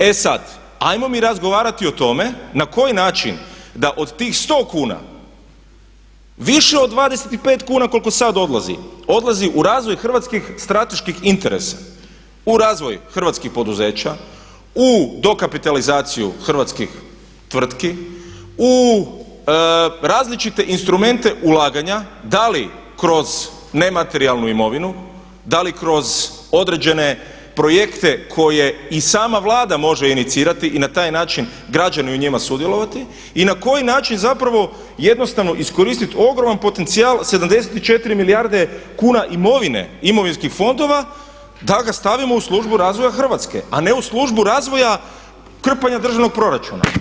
E sad, ajmo mi razgovarati o tome na koji način da od tih 100 kuna više od 25 kuna koliko sad odlazi odlazi u razvoj hrvatskih strateških interesa, u razvoj hrvatskih poduzeća, u dokapitalizaciju hrvatskih tvrtki, u različite instrumente ulaganja da li kroz nematerijalnu imovinu, da li kroz određene projekte koje i sama Vlada može inicirati i na taj način građani u njima sudjelovati i na koji način zapravo jednostavno iskoristiti ogroman potencijal 74 milijarde kuna imovine imovinskih fondova da ga stavimo u službu razvoja Hrvatske a ne u službu razvoja krpanja državnog proračuna.